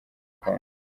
congo